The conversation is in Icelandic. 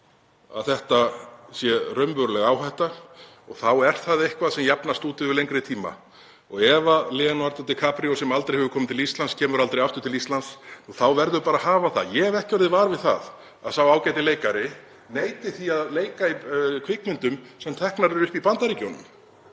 að þetta sé raunveruleg áhætta og þá er það eitthvað sem jafnast út yfir lengri tíma. Ef Leonardo DiCaprio sem aldrei hefur komið til Íslands kemur aldrei aftur til Íslands þá verður bara að hafa það. Ég hef ekki orðið var við það að sá ágæti leikari neiti því að leika í kvikmyndum sem teknar eru upp í Bandaríkjunum